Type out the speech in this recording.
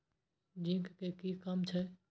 Zinc के कि काम छै?